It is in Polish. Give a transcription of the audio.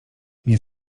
nie